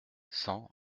cent